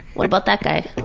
what about that guy?